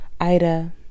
Ida